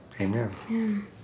Amen